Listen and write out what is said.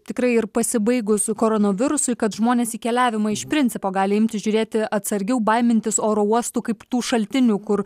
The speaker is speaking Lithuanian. tikrai ir pasibaigus koronovirusui kad žmonės į keliavimą iš principo gali imti žiūrėti atsargiau baimintis oro uostų kaip tų šaltinių kur